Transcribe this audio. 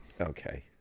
okay